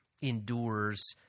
endures